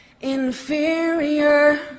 inferior